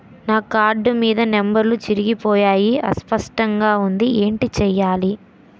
నా కార్డ్ మీద నంబర్లు చెరిగిపోయాయి అస్పష్టంగా వుంది ఏంటి చేయాలి?